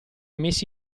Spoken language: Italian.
messi